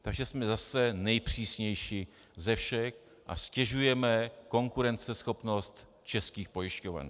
Takže jsme zase nejpřísnější ze všech a ztěžujeme konkurenceschopnost českých pojišťoven.